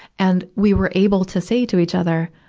and we were able to say to each other,